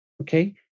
okay